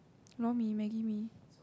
lor-mee maggi mee